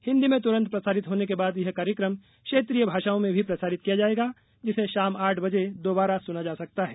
हिंदी में तुरन्त प्रसारित होने के बाद यह कार्यक्रम क्षेत्रीय भाषाओं में भी प्रसारित किया जाएगा जिसे शाम आठ बजे दोबारा सुना जा सकता है